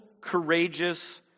courageous